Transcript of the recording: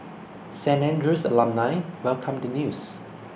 Saint Andrew's alumni welcomed the news